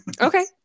Okay